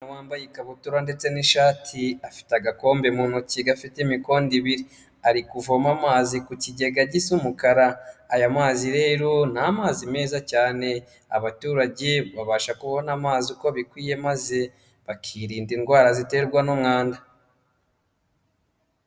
Umugore wambaye ikabutura ndetse n'ishati afite agakombe mu ntoki gafite imikondo ibiri ari kuvoma amazi ku kigega gisa umukara aya mazi rero ni amazi meza cyane abaturage babasha kubona amazi uko bikwiye maze bakirinda indwara ziterwa n'umwanda.